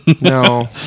No